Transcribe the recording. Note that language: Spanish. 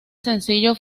sencillo